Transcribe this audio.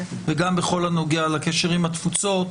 וגם בכל הנוגע לקשר עם התפוצות,